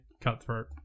cutthroat